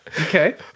Okay